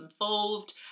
involved